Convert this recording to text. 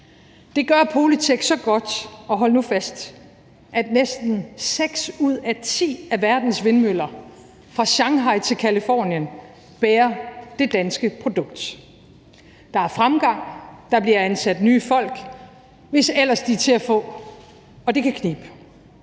– og hold nu fast – at næsten seks ud af ti af verdens vindmøller fra Shanghai til Californien bærer det danske produkt. Der er fremgang, der bliver ansat nye folk, hvis ellers de er til at få, og det kan knibe.